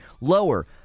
lower